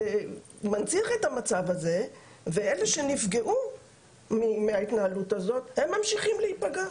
הארגון מנציח את המצב הזה ואלה שנפגעו מההתנהלות הזאת ממשיכים להיפגע.